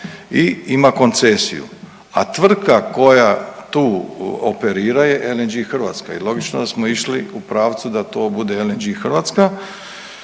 i ima koncesiju, a tvrtka koja tu operira je LNG Hrvatska i logično da smo išli u pravcu da to bude LNG Hrvatska.